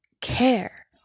care